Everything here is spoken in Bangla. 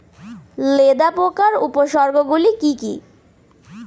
লেদা পোকার উপসর্গগুলি কি কি?